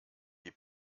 die